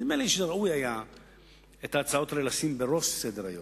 נדמה לי שראוי היה את ההצעות האלה לשים בראש סדר-היום,